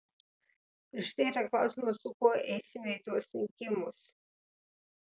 ir štai yra klausimas su kuo eisime į tuos rinkimus